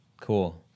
Cool